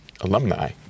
alumni